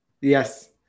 yes